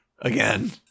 again